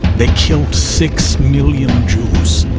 they killed six million jews.